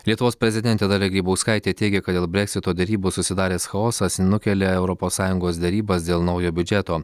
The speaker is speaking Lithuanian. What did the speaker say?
lietuvos prezidentė dalia grybauskaitė teigia kad dėl breksito derybų susidaręs chaosas nukelia europos sąjungos derybas dėl naujo biudžeto